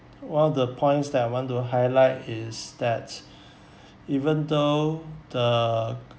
one of the points that I want to highlight is that even though the